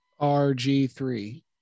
rg3